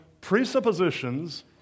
presuppositions